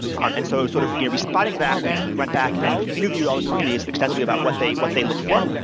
um and so sort of responding to that, we've went back and interviewed all the companies extensively about what they what they look for.